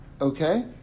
Okay